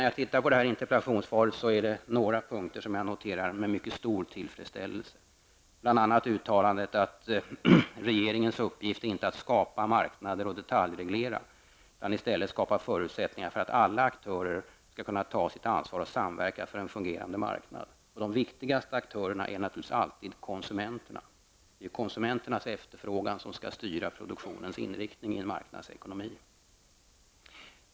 Jag noterar några av punkterna i interpellationssvaret med mycket stor tillfredsställelse, bl.a. uttalandet att regeringens uppgift inte är att skapa marknader och detaljreglera utan i stället att skapa förutsättningar för att alla aktörer skall kunna ta sitt ansvar och samverka för en fungerande marknad. De viktigaste aktörerna är naturligtvis alltid konsumenterna. Det är ju deras efterfrågan som skall styra produktionens inriktning i en marknadsekonomi.